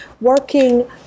working